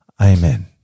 Amen